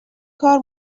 کار